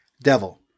Devil